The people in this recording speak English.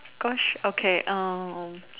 Gosh okay